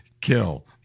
Kill